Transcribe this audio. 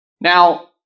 Now